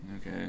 Okay